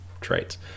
Traits